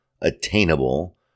attainable